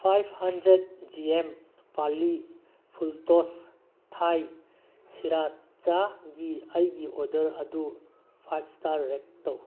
five hundred G M Parle full toss ꯊꯥꯏ ꯁꯤꯔꯥꯆꯥꯒꯤ ꯑꯩꯒꯤ ꯑꯣꯗꯔ ꯑꯗꯨ ꯐꯥꯏꯕ ꯏꯁꯇꯥꯔ ꯔꯦꯠ ꯇꯧ